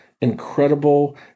incredible